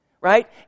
right